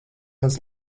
mans